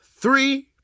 three